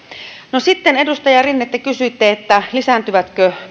sitten edustaja rinne te kysyitte lisääntyvätkö